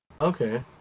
Okay